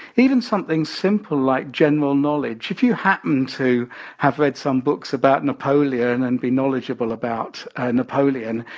even something simple like general knowledge. if you happen to have read some books about napoleon and be knowledgeable about napoleon,